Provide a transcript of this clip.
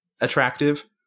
attractive